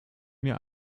mir